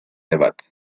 debate